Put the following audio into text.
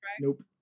Nope